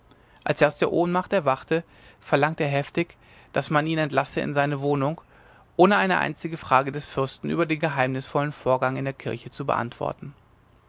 als er aus der ohnmacht erwachte verlangte er heftig daß man ihn entlasse in seine wohnung ohne eine einzige frage des fürsten über den geheimnisvollen vorgang in der kirche zu beantworten